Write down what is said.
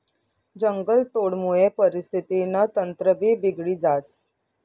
जंगलतोडमुये परिस्थितीनं तंत्रभी बिगडी जास